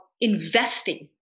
investing